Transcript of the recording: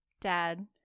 Dad